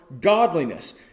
godliness